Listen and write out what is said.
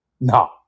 No